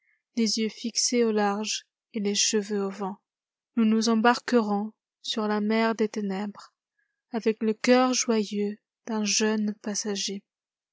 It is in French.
les yeux fixés au large et les cheveux au vent nous nous embarquerons sur la mer des ténèbresavec le cœur joyeux d'un jeune passager